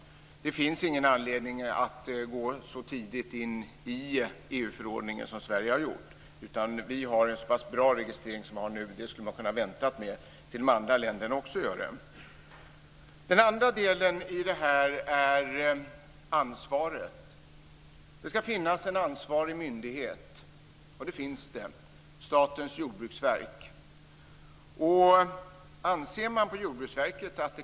Det finns ingen anledning för Sverige att så tidigt gå in under denna EU förordning. Eftersom vi redan har en så pass bra registrering, skulle man ha kunnat vänta med detta tills också de andra länderna börjar tillämpa förordningen. Den andra delen i detta sammanhang gäller ansvaret. Det skall finnas en ansvarig myndighet, och det finns en sådan, nämligen Statens jordbruksverk.